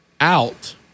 Out